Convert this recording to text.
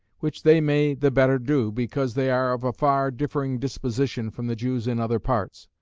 which they may the better do, because they are of a far differing disposition from the jews in other parts.